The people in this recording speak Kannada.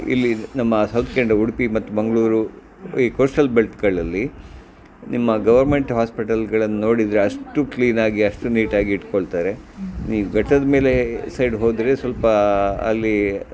ಇಲ್ಲಿ ನಮ್ಮ ಸೌತ್ ಕೆನ್ರಾ ಉಡುಪಿ ಮತ್ತು ಮಂಗಳೂರು ಈ ಕೋಸ್ಟಲ್ ನಿಮ್ಮ ಗವರ್ಮೆಂಟ್ ಹಾಸ್ಪಿಟಲ್ಗಳನ್ನ ನೋಡಿದರೆ ಅಷ್ಟು ಕ್ಲೀನಾಗಿ ಅಷ್ಟು ನೀಟಾಗಿ ಇಟ್ಕೊಳ್ತಾರೆ ನೀವು ಘಟ್ಟದ ಮೇಲೆ ಸೈಡ್ ಹೋದರೆ ಸ್ವಲ್ಪ ಅಲ್ಲಿ